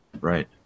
right